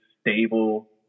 stable